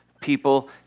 people